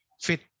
fit